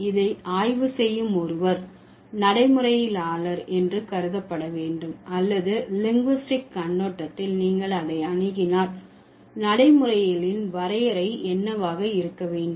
இதை ஆய்வு செய்யும் ஒருவர் நடைமுறையியலார் என்று கருதப்பட வேண்டும் அல்லது லிங்குஸ்டிக் கண்ணோட்டத்தில் நீங்கள் அதை அணுகினால் நடைமுறையியலின் வரையறை என்னவாக இருக்க வேண்டும்